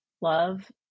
love